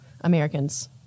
Americans